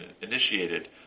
initiated